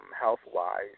health-wise